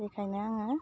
बेखायनो आङो